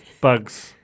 Bugs